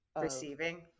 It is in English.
Receiving